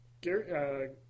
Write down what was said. Gary